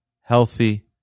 healthy